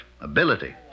ability